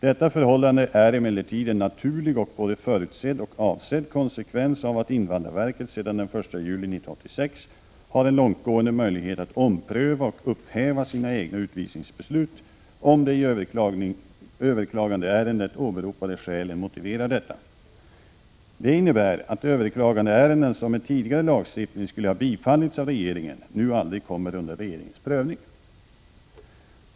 Detta förhållande är emellertid en naturlig och både förutsedd och avsedd konsekvens av att invandrarverket sedan den 1 juli 1986 har en långtgående möjlighet att ompröva och upphäva sina egna utvisningsbeslut, om de i överklagandeärendet åberopade skälen motiverar detta. Det innebär att överklagandeärenden som med tidigare lagstiftning skulle ha bifallits av regeringen nu aldrig kommer under regeringens prövning.